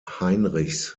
heinrichs